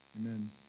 Amen